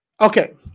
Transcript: okay